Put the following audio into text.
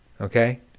Okay